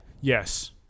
Yes